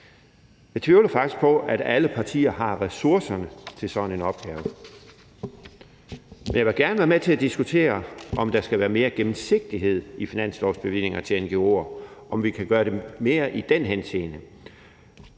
Jeg tvivler faktisk på, at alle partier har ressourcerne til sådan en opgave. Jeg vil gerne være med til at diskutere, om der skal være mere gennemsigtighed i finanslovsbevillingerne til ngo'er, og om vi kan gøre mere i den henseende.